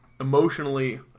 Emotionally